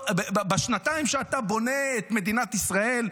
בשנתיים שאתה בונה את מדינת ישראל,